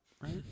right